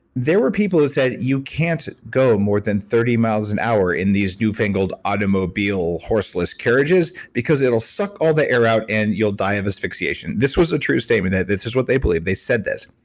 there were people who said, you can't go more than thirty miles an hour in these new fangled automobile horseless carriages because it'll suck all the air out and you'll die of asphyxiation. this was a true statement. this is what they believed they said this.